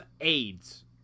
AIDS